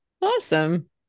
awesome